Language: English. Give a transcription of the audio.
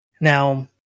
Now